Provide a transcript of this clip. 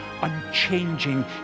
unchanging